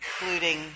including